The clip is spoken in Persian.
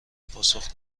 پاسخ